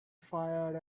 fire